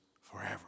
forever